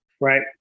right